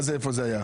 מה זה: איפה זה היה?